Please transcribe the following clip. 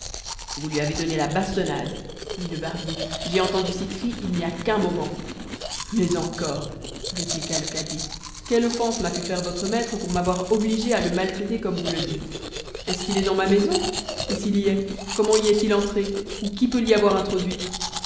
vous lui avez donné la bastonnade dit le barbier j'ai entendu ses cris il n'y a qu'un moment mais encore répliqua le cadi quelle offense m'a pu faire votre maître pour m'avoir obligé à le maltraiter comme vous le dites est-ce qu'il est dans ma maison et s'il y est comment y est-il entré ou qui peut l'y avoir introduit